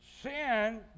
Sin